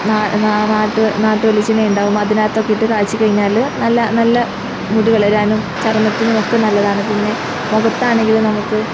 നാട്ട് നാട്ടു വെളിച്ചെണ്ണ ഉണ്ടാവും അതിനകത്തൊക്കെ ഇട്ടു കാച്ചിക്കഴിഞ്ഞാൽ നല്ല നല്ല മുടി വളരാനും ചർമ്മത്തിനുമൊക്കെ നല്ലതാണ് പിന്നെ മുഖത്താണെങ്കിൽ നമുക്ക്